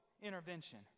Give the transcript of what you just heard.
intervention